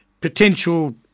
potential